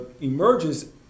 emerges